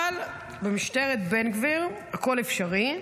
אבל במשטרת בן גביר הכול אפשרי,